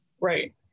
Right